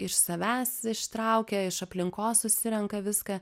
iš savęs ištraukia iš aplinkos susirenka viską